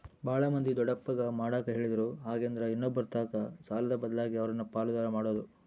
ಬಾಳ ಮಂದಿ ದೊಡ್ಡಪ್ಪಗ ಮಾಡಕ ಹೇಳಿದ್ರು ಹಾಗೆಂದ್ರ ಇನ್ನೊಬ್ಬರತಕ ಸಾಲದ ಬದ್ಲಗೆ ಅವರನ್ನ ಪಾಲುದಾರ ಮಾಡೊದು